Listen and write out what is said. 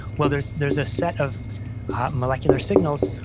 well, there's there's a set of molecular signals,